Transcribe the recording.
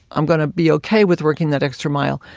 i'm going to be okay with working that extra mile.